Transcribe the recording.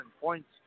points